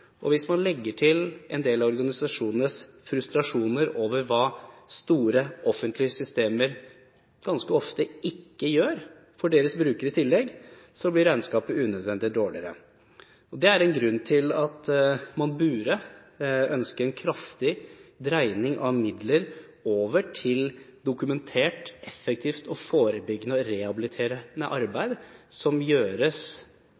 Hvis man legger til en del av organisasjonenes frustrasjoner over hva store offentlige systemer i tillegg ofte ikke gjør for sine brukere, blir regnskapet unødvendig dårlig. Det er en grunn til at man burde ønske en kraftig dreining av midler over til dokumentert effektivt, forebyggende og rehabiliterende